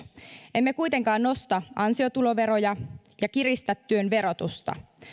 emme kuitenkaan nosta ansiotuloveroja ja kiristä työn verotusta